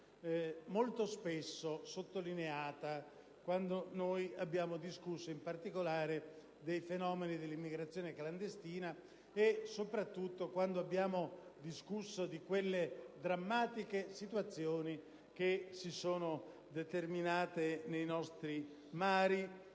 molto spesso sottolineata quando si è affrontato, in particolare, il fenomeno dell'immigrazione clandestina e, soprattutto, quando abbiamo discusso delle drammatiche situazioni che si sono determinate nei nostri mari